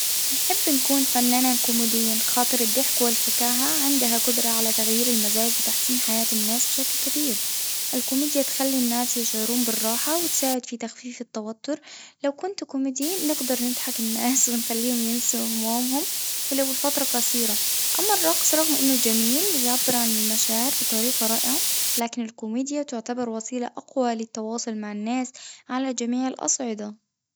نحب نكون فنانة كوميدية خاطر الضحك والفكاهة عندها قدرة على تغيير المزاج وتحسين حياة الناس بشكل كبير، الكوميديا تخلي الناس يشعرون بالراحة وتساعد في تخفيف التوتر، لو كنت كوميدي نقدر نضحك الناس ونخليهم ينسوا همومهم ولو لفترة قصيرة، أما الرقص برغم إنه جميل ويعبر عن المشاعر بطريقة رائعة، لكن الكوميديا تعتبر وسيلة أقوى للتواصل مع الناس على جميع الأصعدة.